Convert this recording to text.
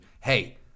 Hey